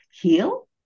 heal